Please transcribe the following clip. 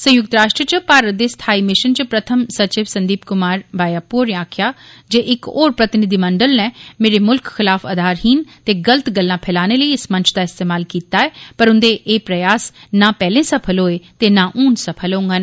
संयुक्त राष्ट्र च भारत दे स्थाई मिशन च प्रथम सचिव संदीप कुमार बायापु होरें आक्खेआ जे इक होर प्रतिनिधिमंडल ने मेरे मुल्ख खिलाफ आधारहीन ते गल्त गल्लां फैलाने लेई इस मंच दा इस्तेमाल कीता ऐ पर उंदे एह् प्रयास ना पैहले सफल होए ते ना हून सफल होंडन